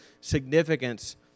significance